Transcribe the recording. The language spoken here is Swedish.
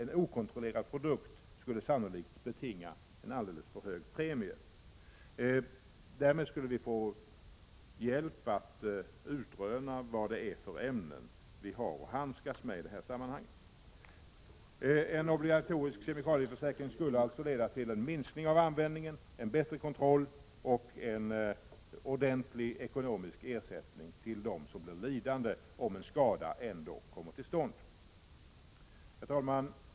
En okontrollerad produkt skulle sannolikt betinga en alldeles för hög premie. På detta sätt skulle vi få hjälp att utröna vad det är för ämnen vi handskas med. En obligatorisk kemikalieförsäkring skulle alltså leda till en minskning av användningen, en bättre kontroll och en ordentlig ekonomisk ersättning till dem som blir lidande om en skada ändå kommer till stånd. Herr talman!